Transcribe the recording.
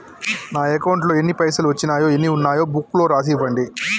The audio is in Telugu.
నా అకౌంట్లో ఎన్ని పైసలు వచ్చినాయో ఎన్ని ఉన్నాయో బుక్ లో రాసి ఇవ్వండి?